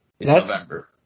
November